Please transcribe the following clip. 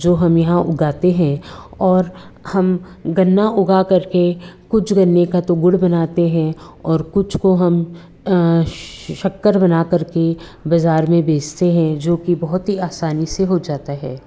जो हम यहाँ उगाते हैं और हम गन्ना उगाकर के कुछ गन्ने का तो गुड़ बनाते हैं और कुछ को हम शक्कर बनाकर के बज़ार में बेचते हैं जो कि बहुत ही आसानी से हो जाता है